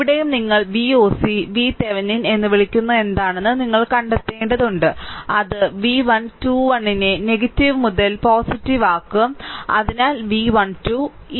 ഇവിടെയും നിങ്ങൾ Voc VThevenin എന്ന് വിളിക്കുന്നതെന്താണെന്ന് നിങ്ങൾ കണ്ടെത്തേണ്ടതുണ്ട് അത് V 1 2 1 നെ നെഗറ്റീവ് മുതൽ പോസിറ്റീവ് ആക്കും അതിനാൽ V 1 2